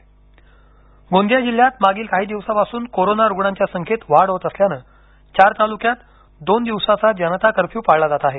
गोंदिया टाळेबदी गोंदिया जिल्ह्यात मागील काही दिवसा पासून कोरोना रुग्णांच्या संख्येत वाढ होत असल्यानं चार तालुक्यात दोन दिवसाचा जनता कर्फ्यू पाळला जात आहे